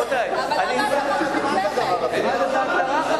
אבל למה אתה מרחיק